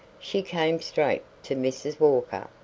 she came straight to mrs. walker.